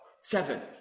Seven